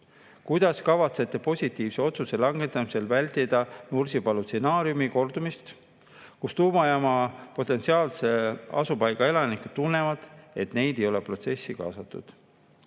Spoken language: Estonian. Kuidas kavatsete positiivse otsuse langetamisel vältida Nursipalu stsenaariumi kordumist, et tuumajaama potentsiaalse asupaiga elanikud ei tunneks, et neid ei ole protsessi kaasatud?